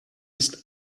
ist